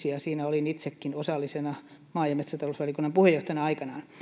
prosessi ja siinä olin itsekin osallisena maa ja metsätalousvaliokunnan puheenjohtajana aikanaan